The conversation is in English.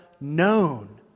known